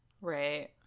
Right